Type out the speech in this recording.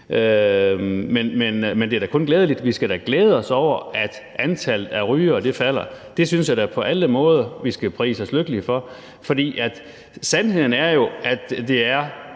en nærmere indføring i. Men vi skal da glæde os over, at antallet af rygere falder. Det synes jeg da på alle måder vi skal prise os lykkelige over, for sandheden er jo, at det er